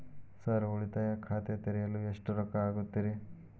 Sir ಉಳಿತಾಯ ಖಾತೆ ತೆರೆಯಲು ಎಷ್ಟು ರೊಕ್ಕಾ ಆಗುತ್ತೇರಿ?